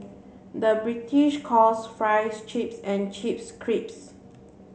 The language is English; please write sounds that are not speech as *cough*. the British calls fries chips and chips *unintelligible*